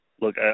look